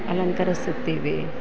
ಅಲಂಕರಿಸುತ್ತೀವಿ